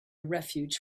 refuge